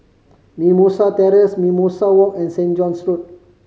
Mimosa Terrace Mimosa Walk and St John's Road